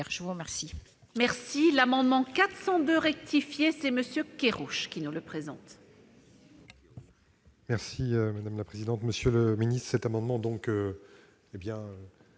Je vous remercie